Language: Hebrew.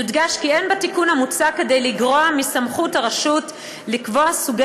יודגש כי אין בתיקון המוצע כדי לגרוע מסמכות הרשות לקבוע סוגי